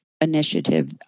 initiative